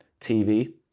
TV